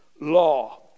Law